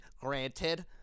granted